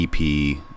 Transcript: EP